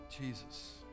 Jesus